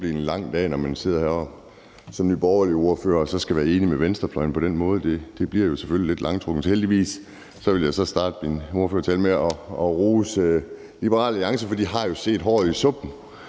godt blive en lang dag, når man sidder som ordfører for Nye Borgerlige og så skal være enig med venstrefløjen på den måde. Det bliver selvfølgelig lidt langtrukkent, så heldigvis skal jeg starte min ordførertale med at rose Liberal Alliance, for de har set håret i suppen.